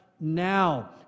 now